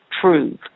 truth